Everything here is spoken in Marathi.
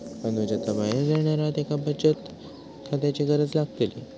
अनुज आता बाहेर जाणार हा त्येका बचत खात्याची गरज लागतली